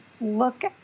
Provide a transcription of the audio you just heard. look